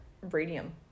radium